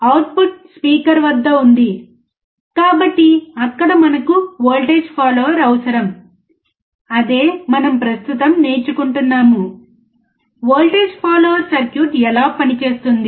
output speaker వద్ద ఉంది కాబట్టి అక్కడ మనకు వోల్టేజ్ ఫాలోయర్ అవసరం అదే మనం ప్రస్తుతం నేర్చుకుంటున్నాము వోల్టేజ్ ఫాలోయర్ సర్క్యూట్ ఎలా పనిచేస్తుంది